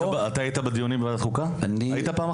היית בדיונים אצל שמחה רוטמן?